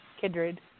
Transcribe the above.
kindred